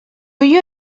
you